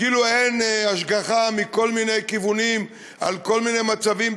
כאילו אין השגחה מכל מיני כיוונים על כל מיני מצבים.